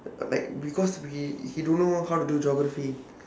like because we he don't know how to do geography